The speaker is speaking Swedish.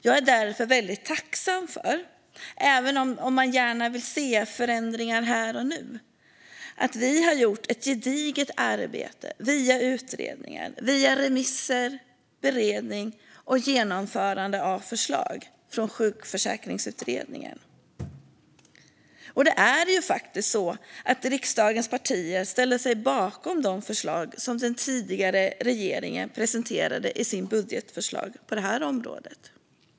Jag är därför väldigt tacksam för, även om man gärna vill se förändringar här och nu, att vi har gjort ett gediget arbete via utredning, remisser och beredning samt genomförande av förslag från Sjukförsäkringsutredningen. Och det är faktiskt så att riksdagens partier ställer sig bakom de förslag som den tidigare regeringen presenterade i sitt budgetförslag på detta område.